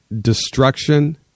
destruction